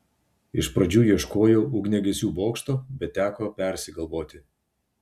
iš pradžių ieškojau ugniagesių bokšto bet teko persigalvoti